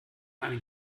einen